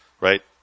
Right